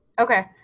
Okay